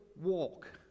walk